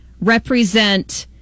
represent